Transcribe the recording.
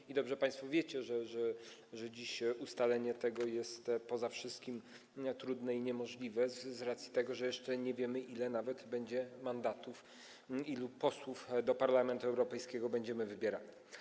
I dobrze państwo wiecie, że dziś ustalenie tego jest poza wszystkim trudne, niemożliwe z racji tego, że jeszcze nie wiemy nawet, ile będzie mandatów, ilu posłów do Parlamentu Europejskiego będziemy wybierali.